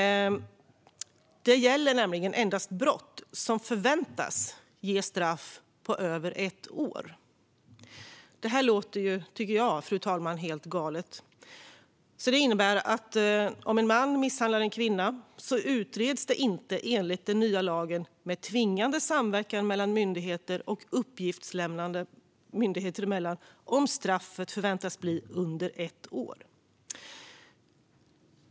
Det gäller nämligen endast brott som förväntas ge straff på över ett år. Detta tycker jag låter helt galet, fru talman. Det innebär att om en man misshandlar en kvinna utreds det enligt den nya lagen inte med tvingande samverkan och uppgiftslämnande myndigheter emellan om straffet förväntas bli under ett år.